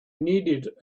needed